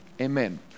Amen